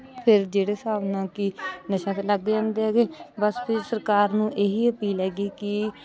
ਫਿਰ ਜਿਹੜੇ ਹਿਸਾਬ ਨਾਲ ਕਿ ਨਸ਼ਿਆਂ 'ਤੇ ਲੱਗ ਜਾਂਦੇ ਹੈਗੇ ਬਸ ਫਿਰ ਸਰਕਾਰ ਨੂੰ ਇਹੀ ਅਪੀਲ ਹੈਗੀ ਕਿ